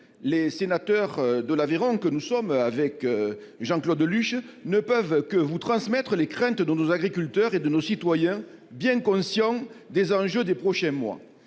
Les sénateurs de l'Aveyron que nous sommes, Jean-Claude Luche et moi-même, ne peuvent que vous transmettre les craintes de nos agriculteurs et de nos concitoyens, bien conscients des enjeux des prochains mois.